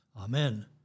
Amen